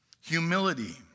Humility